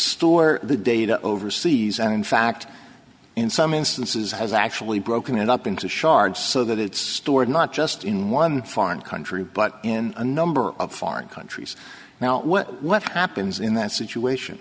store the data overseas and in fact in some instances has actually broken it up into shards so that it's stored not just in one foreign country but in a number of foreign countries now what happens in that situation